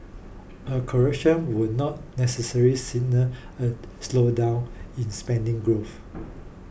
a correction would not necessarily signal a slowdown in spending growth